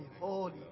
holy